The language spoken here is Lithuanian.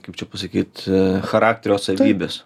kaip čia pasakyt charakterio savybės